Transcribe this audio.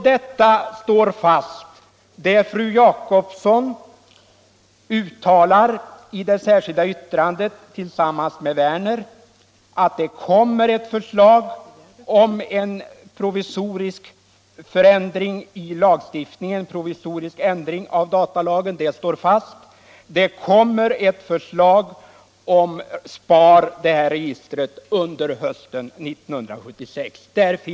Detta står fast. Fru Jacobsson och herr Werner i Malmö uttalar sig i det särskilda yttrandet nr 2 för ett förslag om en provisorisk ändring i datalagen. Det står i majoritetsskrivningen att ett förslag om ett statligt person och adressregister, SPAR, väntas bli förelagt riksdagen under hösten 1976, och det står fast.